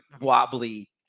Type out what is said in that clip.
wobbly